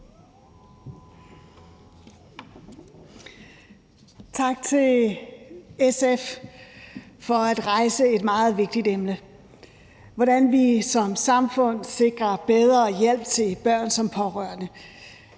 Tak til SF for at rejse et meget vigtigt emne: hvordan vi som samfund sikrer bedre hjælp til børn som pårørende.